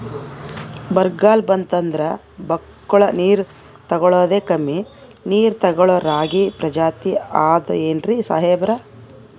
ಬರ್ಗಾಲ್ ಬಂತಂದ್ರ ಬಕ್ಕುಳ ನೀರ್ ತೆಗಳೋದೆ, ಕಮ್ಮಿ ನೀರ್ ತೆಗಳೋ ರಾಗಿ ಪ್ರಜಾತಿ ಆದ್ ಏನ್ರಿ ಸಾಹೇಬ್ರ?